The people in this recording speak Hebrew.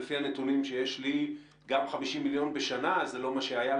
לפי הנתונים שיש לי גם 50 מיליון שקלים בשנה זה לא מה שהיה.